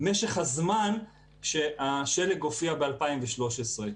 משך הזמן שהשלג הופיע ב-2013.